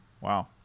wow